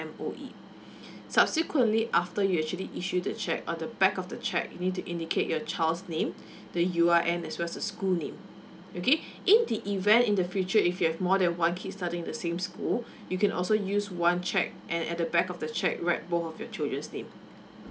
M_O_E subsequently after you'd actually issued the cheque on the back of the cheque you need to indicate your child's name the U_R_N as well as school names okay in the event in the future if you have more than one kid studying the same school you can also use one cheque and at the back of the cheque write both of your children's name